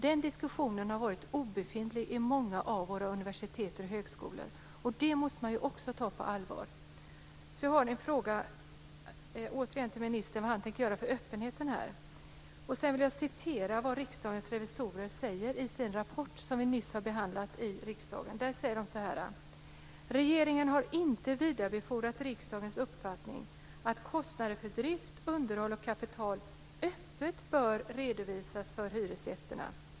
Den diskussionen har varit obefintlig i många av våra universitet och högskolor, och det måste man ju också ta på allvar. Jag vill återigen fråga vad ministern tänker göra för öppenheten här. Jag vill citera vad Riksdagens revisorer säger i sin rapport som vi nyss har behandlat i riksdagen: "Regeringen har inte vidarebefordrat riksdagens uppfattning att kostnader för drift, underhåll och kapital öppet bör redovisas för hyresgästerna.